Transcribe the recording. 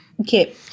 Okay